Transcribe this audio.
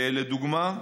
לדוגמה.